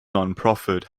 nonprofit